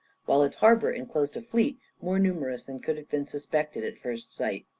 while its harbour enclosed a fleet more numerous than could have been suspected at first sight.